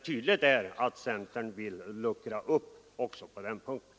Tydligt är att centern vill luckra upp också på den punkten.